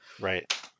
Right